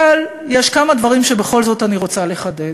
אבל יש כמה דברים שבכל זאת אני רוצה לחדד.